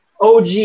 OG